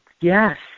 yes